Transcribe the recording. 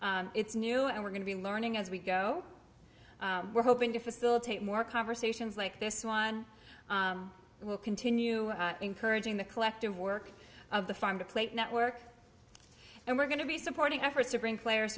it's new and we're going to be learning as we go we're hoping to facilitate more conversations like this one will continue encouraging the collective work of the farm to plate network and we're going to be supporting efforts to bring players